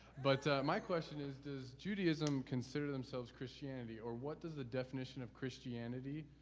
but my question is, does judaism consider themselves christianity? or what does the definition of christianity,